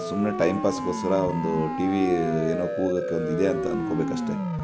ಸುಮ್ಮನೆ ಟೈಮ್ ಪಾಸ್ಗೋಸ್ಕರ ಒಂದು ಟಿವಿ ಏನೋ ಕೂಗಕ್ಕೆ ಒಂದು ಇದೆ ಅಂತ ಅನ್ಕೊಬೇಕು ಅಷ್ಟೆ